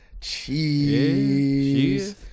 cheese